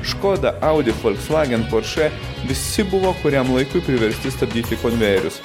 škoda audi volkswagen porsche visi buvo kuriam laikui priversti stabdyti konvejerius